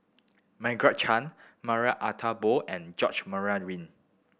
Margaret Chan Marie Ethel Bong and George Murray Reith